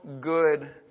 good